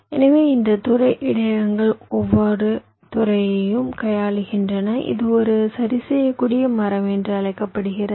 எனவே இந்த துறை இடையகங்கள் ஒவ்வொரு துறையையும் கையாளுகின்றன இது ஒரு சரிசெய்யக்கூடிய மரம் என்று அழைக்கப்படுகிறது